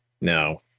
No